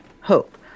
hope